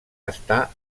està